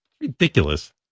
Ridiculous